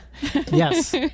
Yes